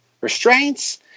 restraints